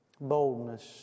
Boldness